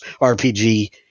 RPG